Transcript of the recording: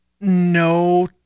no